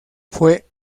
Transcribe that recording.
fue